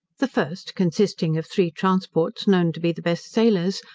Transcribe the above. the first consisting of three transports, known to be the best sailors,